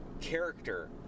character